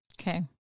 Okay